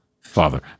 Father